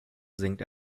singt